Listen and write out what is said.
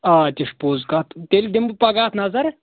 آ تہِ چھِ پوٚز کَتھ تیٚلہِ دِمہٕ بہٕ پَگاہ نظر